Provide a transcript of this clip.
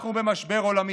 אנחנו במשבר עולמי.